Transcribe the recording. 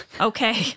Okay